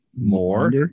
more